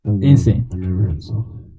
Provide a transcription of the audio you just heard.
insane